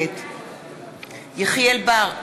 נגד יחיאל חיליק בר,